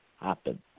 happen